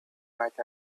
might